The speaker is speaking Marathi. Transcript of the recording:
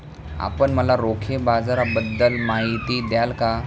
आपण मला रोखे बाजाराबद्दल माहिती द्याल का?